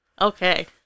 Okay